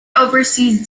overseas